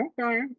Okay